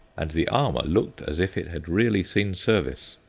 and the armour looked as if it had really seen service.